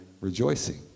rejoicing